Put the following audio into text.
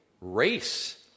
Race